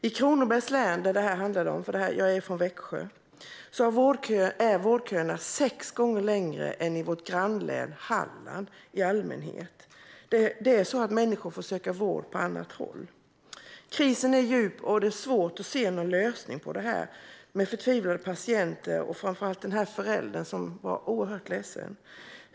I Kronobergs län, som detta handlade om - jag är från Växjö - är vårdköerna i allmänhet sex gånger längre än i vårt grannlän Halland. Människor får söka vård på annat håll. Krisen är djup, och det är svårt att se någon lösning på den med förtvivlade patienter och framför allt denna förälder som var oerhört ledsen.